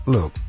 Look